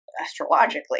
astrologically